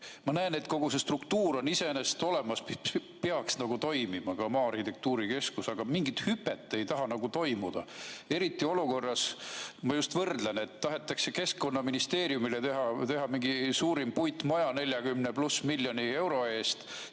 Ma näen, et kogu see struktuur on iseenesest olemas ja peaks nagu toimima ka maa-arhitektuurikeskus, aga mingit hüpet ei taha toimuda. Eriti olukorras, ma just võrdlen, et tahetakse Keskkonnaministeeriumile teha mingi suurim puitmaja 40+ miljoni euro eest